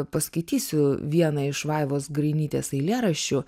paskaitysiu vieną iš vaivos grainytės eilėraščių